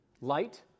light